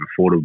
affordable